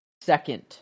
Second